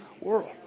world